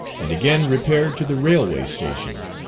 and again repaired to the railway station.